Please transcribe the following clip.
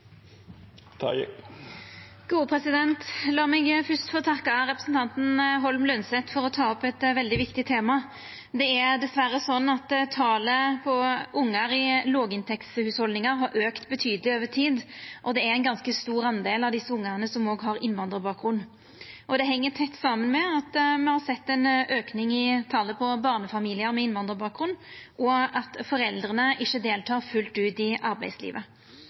meg fyrst få takka representanten Holm Lønseth for å ta opp eit veldig viktig tema. Det er dessverre sånn at talet på ungar i låginntektshushald har auka betydeleg over tid, og det er ein ganske stor andel av desse ungane som har innvandrarbakgrunn. Det heng tett saman med at me har sett ein auke i talet på barnefamiliar med innvandrarbakgrunn, og at foreldra ikkje deltek fullt ut i arbeidslivet.